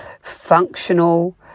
functional